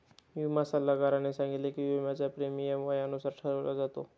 विमा सल्लागाराने सांगितले की, विम्याचा प्रीमियम वयानुसार ठरवला जातो